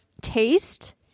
taste